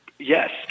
Yes